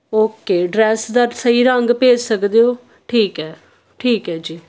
okay dress ਦਾ ਸਹੀ ਰੰਗ ਭੇਜ ਸਕਦੇ ਹੋ ਠੀਕ ਹੈ ਠੀਕ ਹੈ ਜੀ